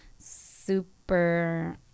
super